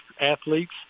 athletes